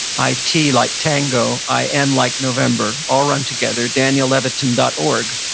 i t, like tango, i n like november, all run together. daniellevitin dot org.